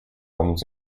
albums